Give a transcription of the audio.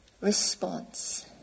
response